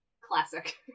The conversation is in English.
classic